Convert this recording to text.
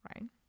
right